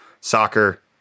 soccer